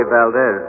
Valdez